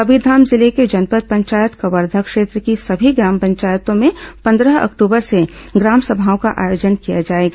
कबीरधाम जिले के जनपद पंचायत कवर्धा क्षेत्र की सभी ग्राम पंचायतों में पंद्रह अक्टूबर से ग्राम सभाओं का आयोजन किया जाएगा